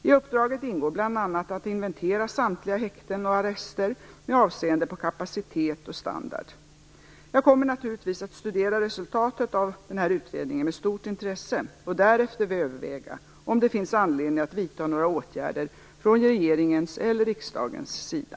I uppdraget ingår bl.a. att inventera samtliga häkten och arrester med avseende på kapacitet och standard. Jag kommer naturligtvis att studera resultatet av denna utredning med stort intresse och därefter överväga om det finns anledning att vidta några åtgärder från regeringens eller riksdagens sida.